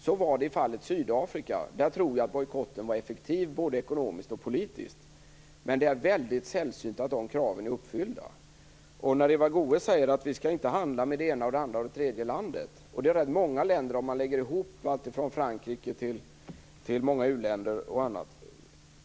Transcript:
Så var det i fallet Sydafrika. Jag tror att bojkotten där var effektiv både ekonomiskt och politiskt. Men det är väldigt sällsynt att dessa krav är uppfyllda. Eva Goës säger att vi inte skall handla med det ena, det andra och det tredje landet. Det blir väldigt många länder, om man lägger ihop alltifrån Frankrike till många u-länder och andra.